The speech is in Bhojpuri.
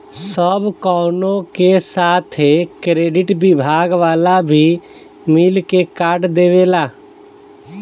सब कवनो के साथ क्रेडिट विभाग वाला भी मिल के कार्ड देवेला